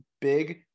big